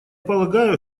полагаю